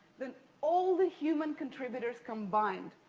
than all the human contributors combined.